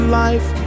life